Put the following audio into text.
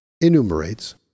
enumerates